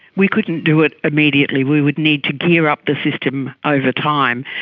we couldn't do it immediately, we would need to gear up the system over time,